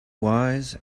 wise